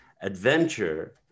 adventure